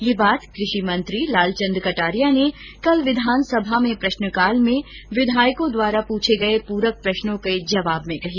यह बात कृषि मंत्री लालचंद कटारिया ने कल विधानसभा के प्रश्नकाल में विधायकों द्वारा पूछे गए पूरक प्रश्नों का जवाब में कही